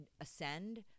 ascend